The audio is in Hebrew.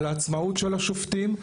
על העצמאות של השופטים,